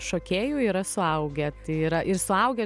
šokėjų yra suaugę tai yra ir suaugę